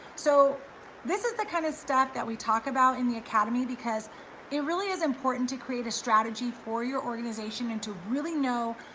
so this is the kind of stuff that we talk about in the academy, because it really is important to create a strategy for your organization and to really know,